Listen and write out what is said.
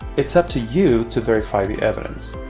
it's up to you to verify the evidence.